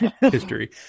history